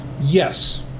Yes